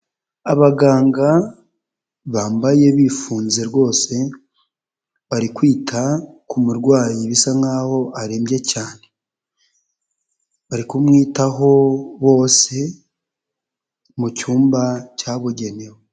Abaganga bambaye bifunze rwose bari kwita ku murwayi bisa nk'aho arembye cyane, bari kumwitaho bose mu cyumba cyabugenewe.